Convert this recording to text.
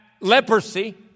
leprosy